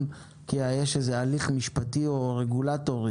כי יש איזה הליך משפטי או רגולטורי.